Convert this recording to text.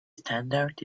standard